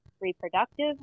reproductive